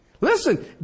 Listen